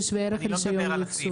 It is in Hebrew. זה שווה ערך רישיון ייצור.